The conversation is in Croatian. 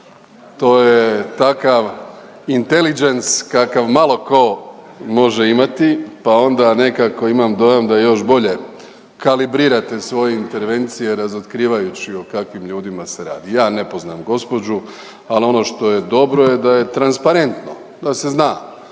To je takav intelligence kakav malo tko može imati, pa onda nekako imam dojam da još bolje kalibrirate svoje intervencije razotkrivajući o kakvim ljudima se radi. Ja ne poznam gospođu, ali ono što je dobro da je transparentno, da se zna.